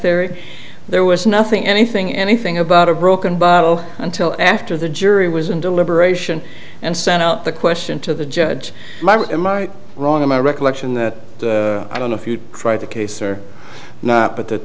fairy there was nothing anything anything about a broken bottle until after the jury was in deliberation and sent out the question to the judge in my wrong in my recollection that i don't know if you try the case or not but